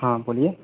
ہاں بولیے